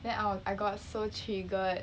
then I'll I got so triggered